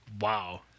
wow